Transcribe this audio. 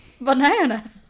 Banana